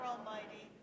Almighty